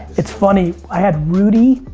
it's funny, i had rudy,